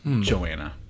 Joanna